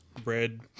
Bread